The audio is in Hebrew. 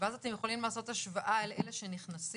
ואז אתם יכולים לעשות השוואה אל אלה שנכנסים,